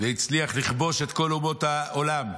והצליח לכבוש את כל אומות העולם.